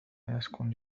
يسكن